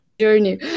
journey